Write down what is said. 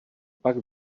pak